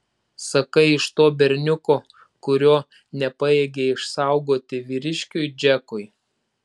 sakai iš to berniuko kurio nepajėgei išsaugoti vyriškiui džekui